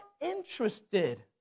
interested